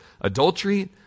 adultery